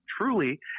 truly